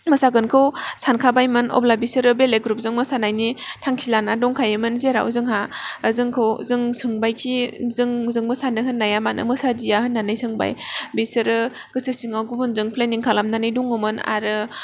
मोसागोनखौ सानखाबायमोन अब्ला बिसोरो बेलेग ग्रुपजों मोसानायनि थांखि लाना दंखायोमोन जेराव जोंहा जोंखौ जों सोंबायखि जों जों मोसानो होन्नाया मानो मोसादिया होन्नानै सोंबाय बिसोरो गोसो सिङाव गुबुनजों प्लेनिं खालामनानै दङमोन आरो